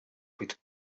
vuit